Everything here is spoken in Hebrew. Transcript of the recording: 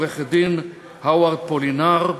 עורך-דין הווארד פולינר,